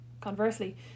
Conversely